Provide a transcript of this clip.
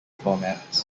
formats